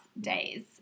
days